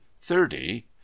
thirty